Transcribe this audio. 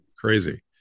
Crazy